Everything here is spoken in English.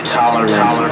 tolerant